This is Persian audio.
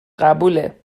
قبوله